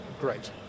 Great